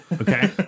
Okay